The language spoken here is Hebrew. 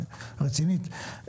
רצינית,